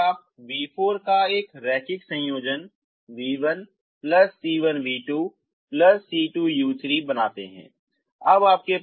तो अब आप v4 का एक रैखिक संयोजन v1 c1v2 c2u3 बनाते हैं